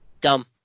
Dumb